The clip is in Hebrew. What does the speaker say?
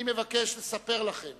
אני מבקש לספר לכם